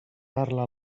parla